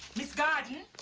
miss gordon,